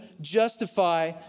justify